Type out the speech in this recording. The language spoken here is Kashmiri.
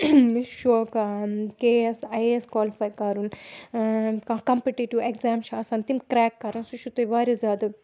مےٚ چھِ شوق K A S I A S qualify کَرُن کانٛہہ کَمپٕٹیٹِو اٮ۪گزام چھُ آسان تِم کرٛٮ۪ک کَرَن سُہ چھُ تُہۍ واریاہ زیادٕ